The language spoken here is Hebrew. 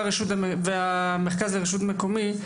והמרכז לרשות המקומית,